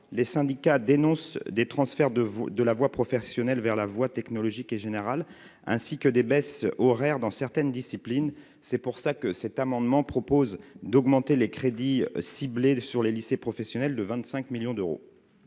les syndicats dénoncent des transferts de de la voie professionnelle vers la voie technologique et général, ainsi que des baisses horaires dans certaines disciplines, c'est pour ça que cet amendement propose d'augmenter les crédits ciblés sur les lycées professionnels de 25 millions d'euros.